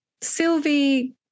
Sylvie